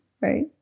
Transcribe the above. right